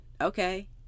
okay